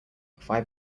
five